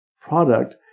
product